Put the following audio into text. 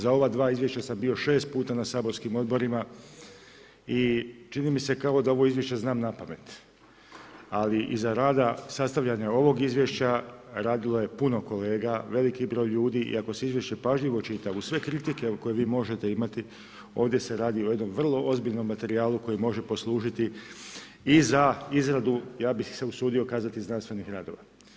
Za ova dva izvješća sam bio 6 puta na saborskim odborima i čini mi se kao da ovo izvješće znam napamet, ali iza rada sastavljanja ovog izvješća radilo je puno kolega, veliki broj ljudi i ako se izvješće pažljivo čita, uz sve kritike koje vi možete imati, ovdje se radi o jednom vrlo ozbiljnom materijalu koji može poslužiti i za izradu, ja bih se usudio kazati, znanstvenih radova.